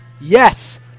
Yes